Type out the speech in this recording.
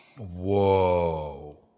Whoa